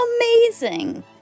amazing